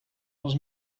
els